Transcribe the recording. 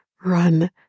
run